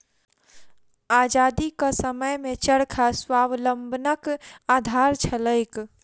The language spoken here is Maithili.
आजादीक समयमे चरखा स्वावलंबनक आधार छलैक